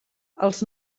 els